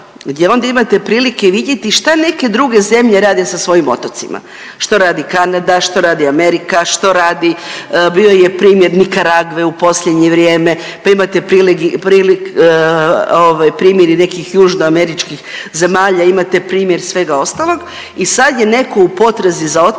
gdje onda imate prilike vidjeti šta neke druge zemlje rade sa svojim otocima, što radi Kanada, što radi Amerika, što radi, bio je primjer Nikaragve u posljednje vrijeme, pa imate prili…, prili… ovaj primjeri nekih južnoameričkih zemalja i imate primjer svega ostalog i sad je neko u potrazi za otokom